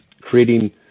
creating